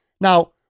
Now